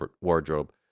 wardrobe